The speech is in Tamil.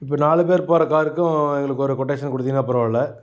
இப்போ நாலு பேர் போகிற காருக்கும் எங்களுக்கு ஒரு கொட்டேஷன் கொடுத்தீங்கன்னா பரவாயில்ல